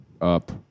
up